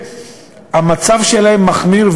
המצב שלהם מחמיר,